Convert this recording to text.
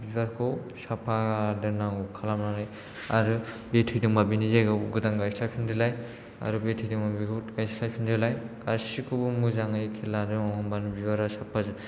बिबारखौ साफा दोननांगौ खालामनानै आरो बे थैदोंबा बेनि जायगायाव गोदान गायस्लायफिनदोलाय आरो बे थैदोंबा बेखौबो गायस्लायफिनदोलाय गासिखौबो मोजाङै खेल लानो होमबानो बिबारा साफा जायो